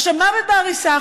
מוות בעריסה,